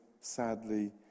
sadly